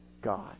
God